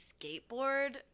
skateboard